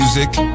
Music